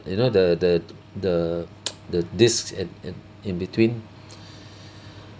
you know the the t~ the the discs at at in between